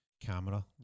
camera